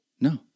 No